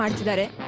um today.